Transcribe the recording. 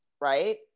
Right